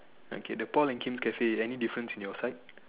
okay the Paul and Kim's cafe any difference in your side